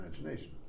imagination